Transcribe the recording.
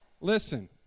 listen